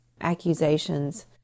accusations